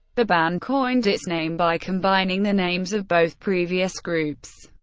the band coined its name by combining the names of both previous groups.